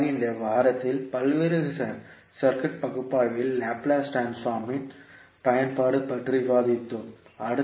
குறிப்பாக இந்த வாரத்தில் பல்வேறு சுற்று பகுப்பாய்வில் லாப்லேஸ் டிரான்ஸ்ஃபார்மின் பயன்பாடு பற்றி விவாதித்தோம்